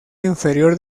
inferior